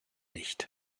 nicht